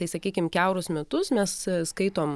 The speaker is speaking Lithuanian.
tai sakykim kiaurus metus mes skaitom